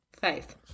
faith